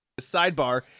Sidebar